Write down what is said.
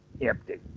empty